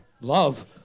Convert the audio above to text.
Love